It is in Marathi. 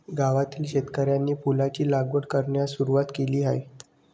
गावातील शेतकऱ्यांनी फुलांची लागवड करण्यास सुरवात केली आहे